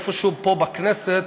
איפשהו פה בכנסת,